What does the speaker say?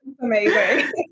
amazing